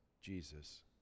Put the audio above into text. Jesus